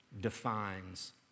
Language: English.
defines